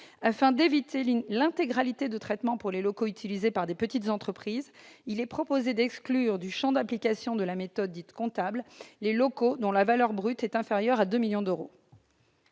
Afin d'éviter l'inégalité de traitement pour les locaux utilisés par de petites entreprises, il est proposé d'exclure du champ d'application de la méthode dite « comptable » les locaux dont la valeur brute est inférieure à 2 millions d'euros.